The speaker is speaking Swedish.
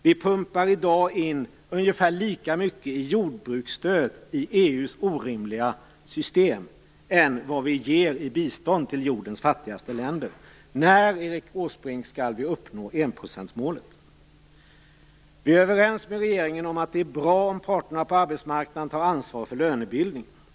Vi pumpar i dag in ungefär lika mycket i jordbruksstöd i EU:s orimliga system som vi ger i bistånd till jordens fattigaste länder. När, Erik Åsbrink, skall vi uppnå enprocentsmålet? Vi är överens med regeringen om att det är bra om parterna på arbetsmarknaden tar ansvar för lönebildningen.